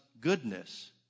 goodness